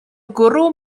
gwrw